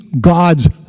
God's